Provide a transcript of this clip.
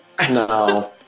No